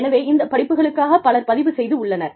எனவே இந்த படிப்புகளுக்காக பலர் பதிவு செய்துள்ளனர்